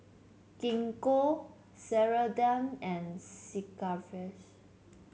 Gingko Ceradan and Sigvaris